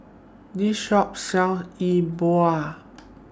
This Shop sells Yi Bua